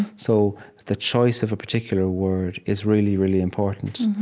so the choice of a particular word is really, really important.